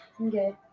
Okay